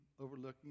overlooking